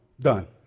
Done